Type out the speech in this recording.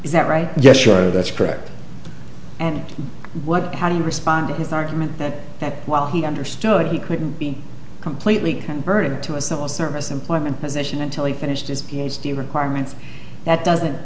is that right yes sure that's correct and what how do you respond to his argument that that while he understood he couldn't be completely converted to a civil service employment position until he finished his ph d requirements that doesn't